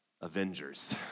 Avengers